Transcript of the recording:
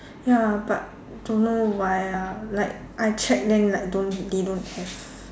ya but don't know why ah like I check then like don't they don't have